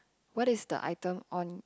what is the item on